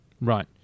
Right